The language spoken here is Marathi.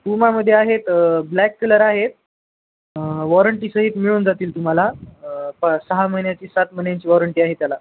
पुमामध्ये आहेत ब्लॅक कलर आहेत वॉरंटीसहीत मिळून जातील तुम्हाला प सहा महिन्याची सात महिन्यांची वॉरंटी आहे त्याला